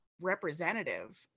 representative